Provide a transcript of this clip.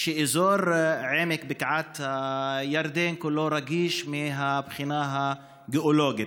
שאזור בקעת הירדן כולו רגיש מהבחינה הגיאולוגית.